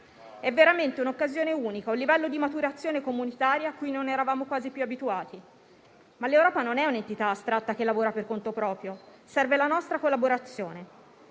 È veramente un'occasione unica, un livello di maturazione comunitaria cui non eravamo quasi più abituati. Ma l'Europa non è un'entità astratta che lavora per conto proprio: serve la nostra collaborazione.